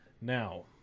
Now